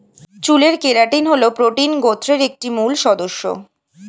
চুলের কেরাটিন হল প্রোটিন গোত্রের একটি মূল সদস্য